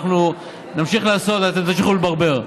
אנחנו נמשיך לעשות ואתם תמשיכו לברבר.